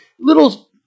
little